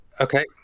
Okay